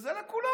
שזה לכולם.